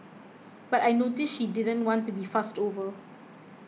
but I noticed she didn't want to be fussed over